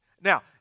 Now